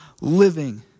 living